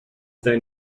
then